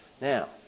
Now